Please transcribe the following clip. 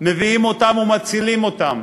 מביאים אותם ומצילים אותם